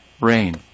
Rain